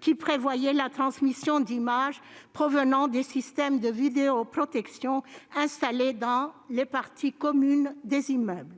qui prévoyait la transmission d'images provenant des systèmes de vidéoprotection installés dans les parties communes d'immeubles.